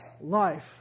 life